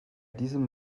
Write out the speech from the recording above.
diesem